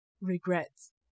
regrets